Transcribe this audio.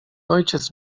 ojciec